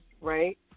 Right